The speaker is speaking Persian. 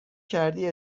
کردی